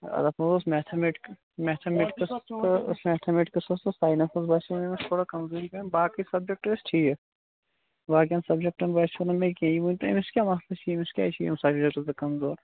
اتھ ہسا اوس میتھامیٹِکٔس میتھامیٹِکٔس تہٕ میتھامیٹِکس تہٕ ساینَس حظ باسیٚو مےٚ تھوڑا کَمزوٗر پَہم باقٕے سَبجیکٹ ٲسۍ ٹھیٖک باقین سِبجیکٹَن باسیٚو نہٕ مےٚ کِہیٖنٛۍ تہٕ أمِس کیٛاہ مَسلہٕ چھُ أمِس کیٛازِ چھُ یِم سَبجیکٹہٕ یوٗتاہ کَمزور